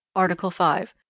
article five.